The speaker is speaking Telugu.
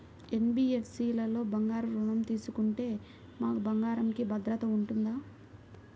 ఎన్.బీ.ఎఫ్.సి లలో బంగారు ఋణం తీసుకుంటే మా బంగారంకి భద్రత ఉంటుందా?